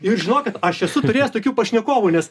ir žinokit aš esu turėjęs tokių pašnekovų nes